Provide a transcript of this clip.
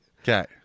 Okay